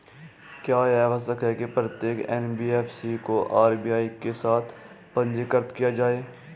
क्या यह आवश्यक है कि प्रत्येक एन.बी.एफ.सी को आर.बी.आई के साथ पंजीकृत किया जाए?